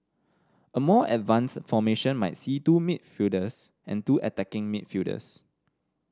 a more advanced formation might see two midfielders and two attacking midfielders